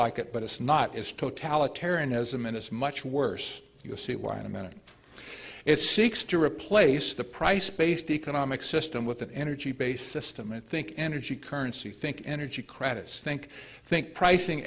like it but it's not as totalitarianism and it's much worse you'll see why in a minute it seeks to replace the price based economic system with an energy based system and think energy currency think energy credits think think pricing